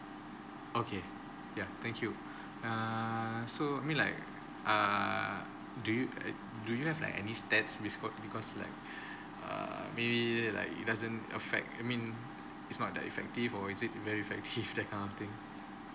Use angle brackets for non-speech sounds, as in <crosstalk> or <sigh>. okay yeah thank you err so mean like err do you uh do you have like any stats~ miss code because like <breath> err maybe like it doesn't affect I mean it's not that effective or is it very effective that kind of thing